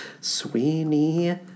Sweeney